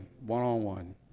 one-on-one